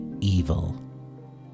evil